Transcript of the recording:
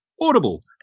Audible